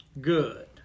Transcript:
good